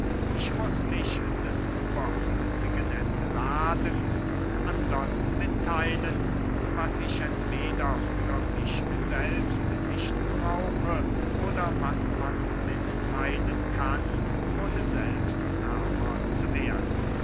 ich muß mich des überflüssigen entladen und andern mittheilen was ich entweder für mich selbst nicht brauche oder was man mittheilen kann ohne selbst ärmer zu werden